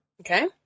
Okay